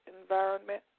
environment